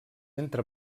entre